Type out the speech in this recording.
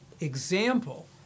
example